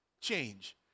Change